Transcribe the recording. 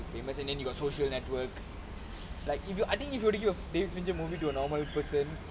famous and then you got social network like if you ah I think if you were to feature the movie to a normal person